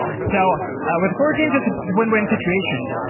so with coroutines it's a win-win situation.